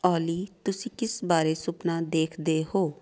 ਓਲੀ ਤੁਸੀਂ ਕਿਸ ਬਾਰੇ ਸੁਪਨਾ ਦੇਖਦੇ ਹੋ